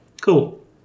cool